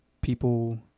people